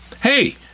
Hey